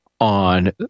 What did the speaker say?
on